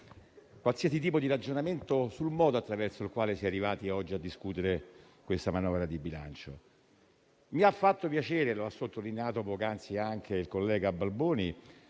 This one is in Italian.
qualsiasi tipo di ragionamento sul modo attraverso il quale si è arrivati oggi a discutere questa manovra di bilancio. Mi ha fatto piacere - lo ha sottolineato poc'anzi anche il collega Balboni